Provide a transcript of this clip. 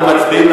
אנחנו מצביעים,